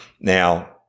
now